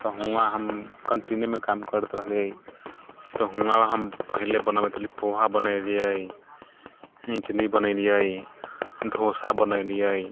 तऽ हुवां हम कैंटिनेमे काम करैत रहलियै तऽ हुवां हम पहिले बनबैत पोहा बनेलियै इडली बनेलियै डोसा बनेलियै